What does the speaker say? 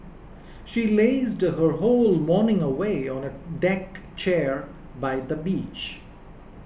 she lazed her whole morning away on a deck chair by the beach